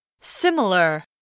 Similar